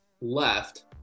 left